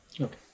Okay